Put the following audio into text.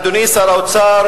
אדוני שר האוצר,